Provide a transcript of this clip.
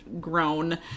grown